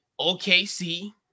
OKC